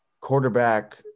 quarterback